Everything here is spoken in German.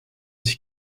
sich